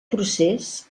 procés